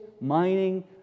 mining